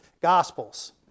gospels